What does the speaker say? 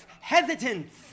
hesitance